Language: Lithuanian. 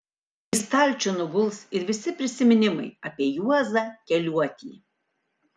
į stalčių nuguls ir visi prisiminimai apie juozą keliuotį